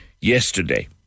yesterday